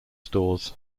stores